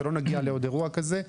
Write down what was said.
שלא נגיע לעוד אירוע כזה.